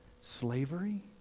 slavery